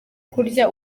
kurya